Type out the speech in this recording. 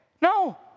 No